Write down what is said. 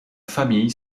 famille